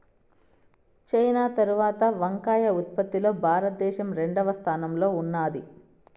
China తరవాత వంకాయ ఉత్పత్తి లో భారత దేశం రెండవ స్థానం లో ఉన్నాది